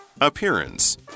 Appearance